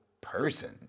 person